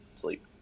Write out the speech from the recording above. sleep